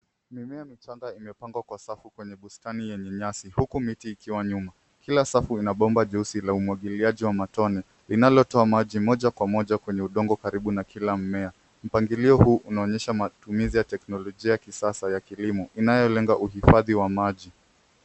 Mimea michanga imepangwa kwa safu kwenye bustani yenye nyasi huku miti ikiwa nyuma. Kila safu ina bomba jeusi la umwangiliaji wa matone linalotoa maji moja kwa moja kwenye udongo karibu na kila mimea. Mpangilio huu unaonyesha matumizi ya teknolojia ya kisasa ya kilimo inayolenga uhifadhi wa maji.